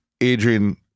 Adrian